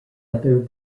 other